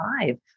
five